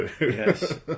Yes